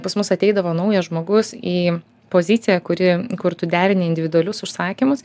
pas mus ateidavo naujas žmogus į poziciją kuri kur tu derini individualius užsakymus